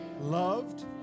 Loved